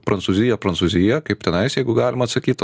prancūzija prancūzija kaip tenais jeigu galima atsakyt